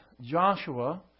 Joshua